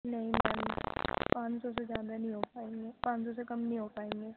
نہیں میم پانچ سو سے زیادہ نہیں ہو پائیں گے پانچ سو سے کم نہیں ہو پائیں گے